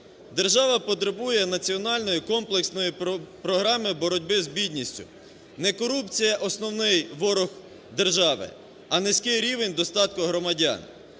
Держава потребує національної комплексної програми боротьби з бідністю. Не корупція основний ворог держави, а низький рівень достатку громадян.